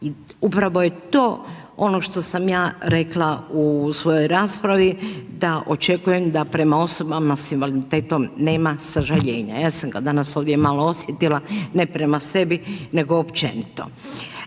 upravo je to ono što sam ja rekla u svojoj raspravi, da očekujem da prema osobama sa invaliditetom nema sažaljenja, ja sam ga danas ovdje malo osjetila ne prema sebi nego općenito.